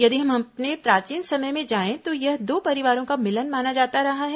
यदि हम अपने प्राचीन समय में जाएं तो यह दो परिवारों का मिलन माना जाता रहा है